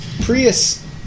Prius